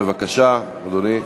בבקשה, אדוני.